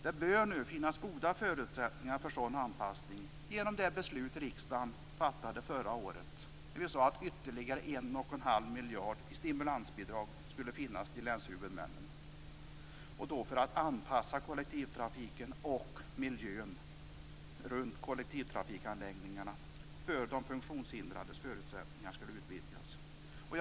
Det bör nu finnas goda förutsättningar för sådan anpassning genom det beslut som riksdagen fattade förra året. Det innebar ytterligare 1,5 miljarder i stimulansbidrag till länshuvudmännen för anpassning av kollektivtrafiken och miljön runt kollektivtrafikanläggningarna för att de funktionshindrades förutsättningar skulle förbättras.